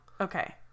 Okay